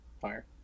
Fire